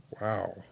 Wow